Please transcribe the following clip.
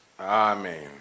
Amen